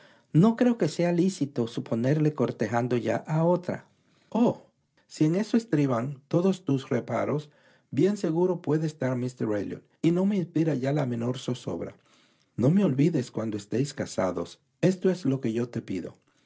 no creo que sea lícito suponerle cortejando ya a otra oh si en eso estriban todos tus reparos bien seguro puede estar míster elliot y no me inspira ya la menor zozobra no me olvides cuando estéis casados esto es lo que te pido